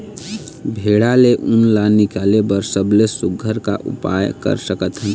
भेड़ा ले उन ला निकाले बर सबले सुघ्घर का उपाय कर सकथन?